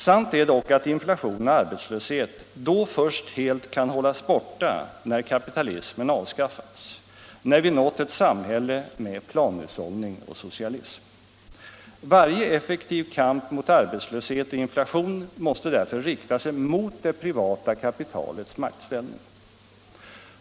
Sant är dock att inflation och arbetslöshet då först helt kan hållas borta när kapitalismen avskaffats, när vi nått ett samhälle med planhushållning och socialism. Varje effektiv kamp mot arbetslöshet och inflation måste därför rikta sig mot det privata kapitalets maktställning.